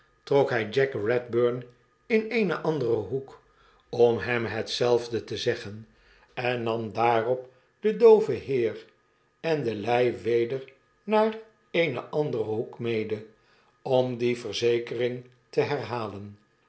trok hij jack redburn in een anderen hoek om hem hetzelfde te zeggen en nam daarop den dooven heer en de lei weder naar eenen anderen hoek mede om die verzekering te herhalen